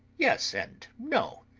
yes and no.